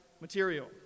material